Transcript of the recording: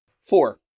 Four